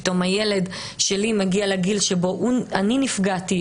פתאום הילד שלי מגיע לגיל שבו אני נפגעתי,